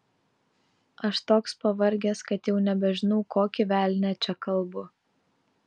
aš toks pavargęs kad jau nebežinau kokį velnią čia kalbu